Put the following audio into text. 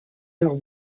leurs